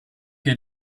che